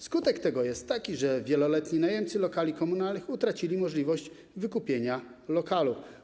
Skutek tego jest taki, że wieloletni najemcy lokali komunalnych utracili możliwość wykupienia tych lokali.